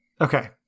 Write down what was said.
Okay